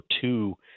two